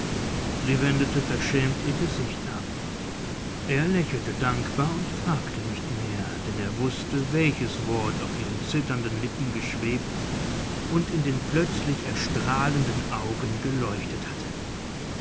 sie wendete verschämt ihr gesicht ab er lächelte dankbar und fragte nicht mehr denn er wußte welches wort auf ihren zitternden lippen geschwebt und in den plötzlich erstrahlenden augen geleuchtet hatte